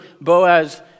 Boaz